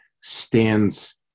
stands